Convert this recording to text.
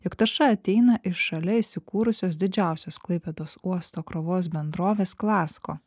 jog tarša ateina iš šalia įsikūrusios didžiausios klaipėdos uosto krovos bendrovės klasco